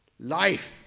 Life